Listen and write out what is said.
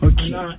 Okay